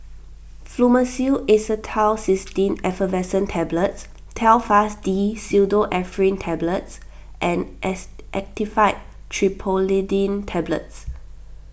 Fluimucil Acetylcysteine Effervescent Tablets Telfast D Pseudoephrine Tablets and S Actifed Triprolidine Tablets